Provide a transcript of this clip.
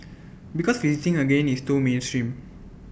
because visiting again is too mainstream